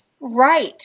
right